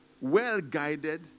well-guided